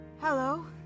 hello